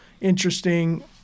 interesting